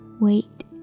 wait